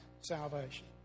salvation